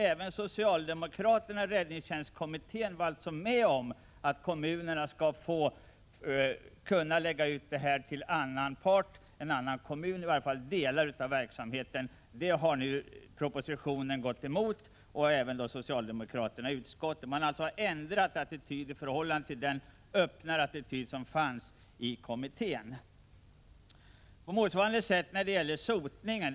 Även socialdemokraterna i räddningstjänstkommittén var med på att kommunerna skall få lägga ut åtminstone delar av verksamheten till annan. Detta har regeringen i propositionen gått emot liksom socialdemokraterna i utskottet. 108 Regeringen och utskottets socialdemokrater har alltså ändrat attityd i förhållande till den öppnare attityd som fanns i kommittén. Det har varit på motsvarande sätt när det gäller sotningen.